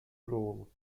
role